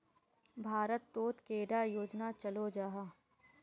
भारत तोत कैडा योजना चलो जाहा?